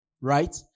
right